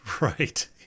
Right